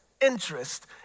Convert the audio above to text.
interest